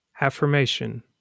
affirmation